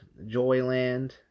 joyland